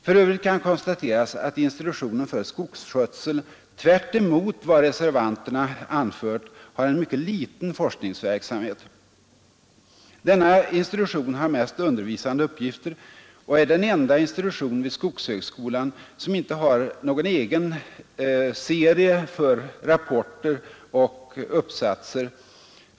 För övrigt kan konstateras att institutionen för skogsskötsel — tvärtemot vad reservanterna anfört — har en mycket liten forskningsverksamhet. Denna institution har mest undervisande uppgifter och är den enda institution vid skogshögskolan som inte har någon egen serie för rapporter och uppsatser.